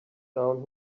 down